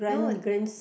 no